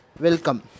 Welcome